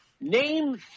Name